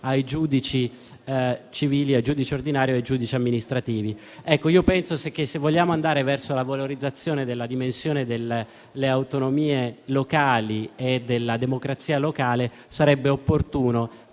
ai giudici civili, al giudice ordinario e ai giudici amministrativi. Io penso che, se vogliamo andare verso la valorizzazione della dimensione delle autonomie locali e della democrazia locale, sarebbe opportuno